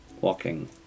walking